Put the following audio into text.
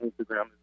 Instagram